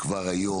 כבר היום.